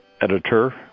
editor